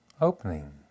opening